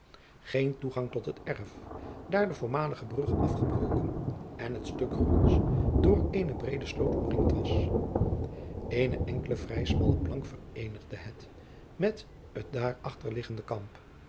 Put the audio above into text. geen toegang tot het erf daar de voormalige brug afgebroken en het stuk gronds door eene breede sloot omringd was eene enkelde vrij smalle plank vereenigde het met het daarachter liggend kamp